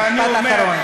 משפט אחרון.